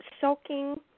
soaking –